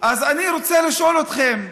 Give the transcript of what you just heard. אז אני רוצה לשאול אתכם: